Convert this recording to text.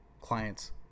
clients